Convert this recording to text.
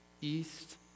East